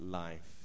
life